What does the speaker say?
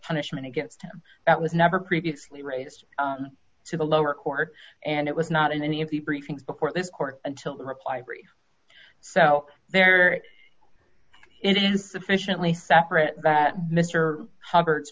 punishment against him that was never previously raise to the lower court and it was not in any of the briefings before the court until the reply brief so there it is sufficiently separate that mr hubbard's